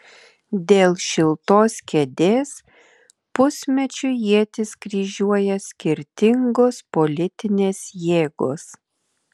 dėl šiltos kėdės pusmečiui ietis kryžiuoja skirtingos politinės jėgos